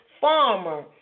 farmer